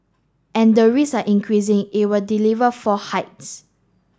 and the risk are increasing it will deliver four hikes